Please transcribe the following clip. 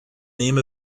name